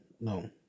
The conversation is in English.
no